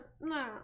no